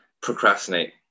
procrastinate